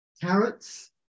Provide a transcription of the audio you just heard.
carrots